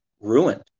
ruined